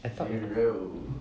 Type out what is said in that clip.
I thought